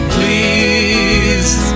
Please